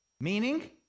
meaning